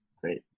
great